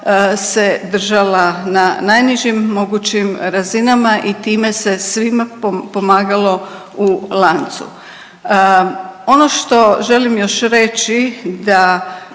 se držala na najnižim mogućim razinama i time se svima pomagalo u lancu. Ono što želim još reći da